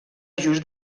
just